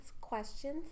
questions